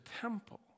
temple